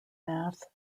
math